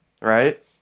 Right